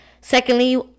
Secondly